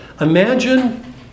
imagine